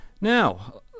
Now